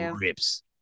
rips